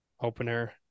opener